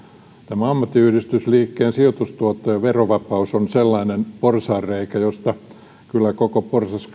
tämä ammattiyhdistysliikkeen sijoitustuottojen verovapaus on sellainen porsaanreikä josta kyllä koko porsaskarsinan